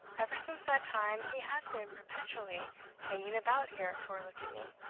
ever since that time he has been perpetually hanging about here for a look at me.